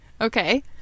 Okay